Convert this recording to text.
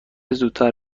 زودتر